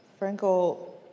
Frankel